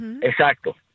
exacto